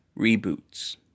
reboots